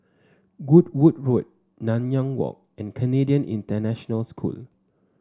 Goodwood Road Nanyang Walk and Canadian International School